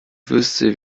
wüsste